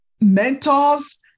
mentors